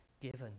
given